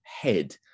head